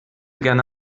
gerne